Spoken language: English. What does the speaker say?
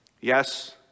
Yes